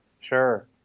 Sure